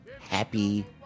happy